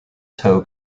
tow